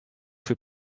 für